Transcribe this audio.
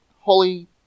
Holly